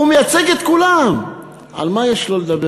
הוא מייצג את כולם, על מה יש לו לדבר?